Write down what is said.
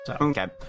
Okay